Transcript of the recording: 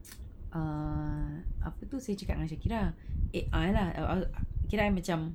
err apa tu saya cakap dengan shakirah eh ya lah okay lah I macam